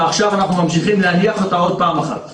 ועכשיו אנחנו ממשיכים להניח אותה עוד פעם אחת.